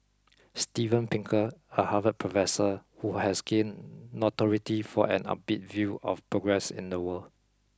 Steven Pinker a Harvard professor who has gained notoriety for an upbeat view of progress in the world